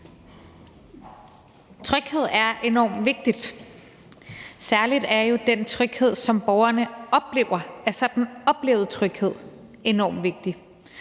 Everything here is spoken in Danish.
Tryghed er enormt vigtigt. Særlig er den tryghed, som borgerne oplever, altså den oplevede tryghed, enormt vigtig.